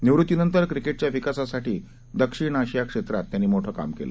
निवृत्तीनंतर क्रिकेटच्या विकासासाठी दक्षिण आशिया क्षेत्रात त्यांनी मोठं काम केलं